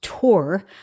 tour